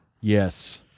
Yes